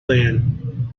then